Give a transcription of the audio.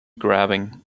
grabbing